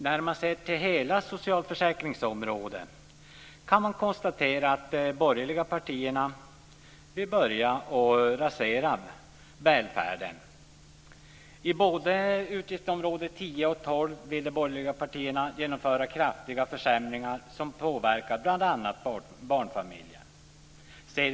När man ser till hela socialförsäkringsområdet kan man konstatera att de borgerliga partierna vill börja rasera välfärden. Inom både utgiftsområde 10 och 12 vill de borgerliga partierna genomföra kraftiga försämringar som påverkar bl.a. barnfamiljerna.